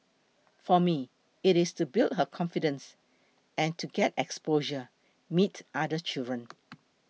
for me it is to build her confidence and to get exposure meet other children